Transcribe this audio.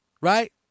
Right